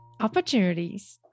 opportunities